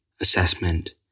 assessment